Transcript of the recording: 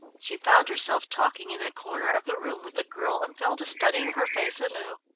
she found herself talking in a corner of the room with the girl, and fell to studying her face anew.